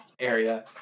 area